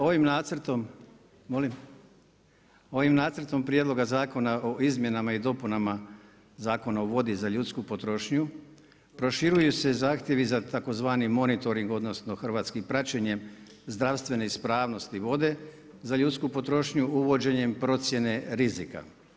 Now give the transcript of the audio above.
Ovim nacrtom Prijedloga zakona o izmjenama i dopunama Zakona o vodi za ljudsku potrošnju proširuju se zahtjevi za tzv. monitoring odnosno hrvatskim praćenjem zdravstvene ispravnosti vode za ljudsku potrošnju, uvođenjem procjene rizika.